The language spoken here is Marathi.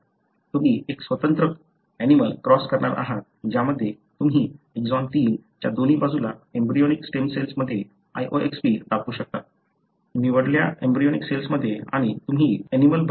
तुम्ही एक स्वतंत्र ऍनिमलं क्रॉस करणार आहात ज्यामध्ये तुम्ही एक्सॉन 3 च्या दोन्ही बाजूला एम्ब्रियोनिक स्टेम सेल्स मध्ये loxP टाकू शकता निवडल्या एम्ब्रियोनिक सेल्स मध्ये आणि तुम्ही ऍनिमलं बनवला